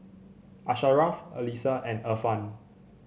Asharaff Alyssa and Irfan